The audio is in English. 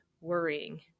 worrying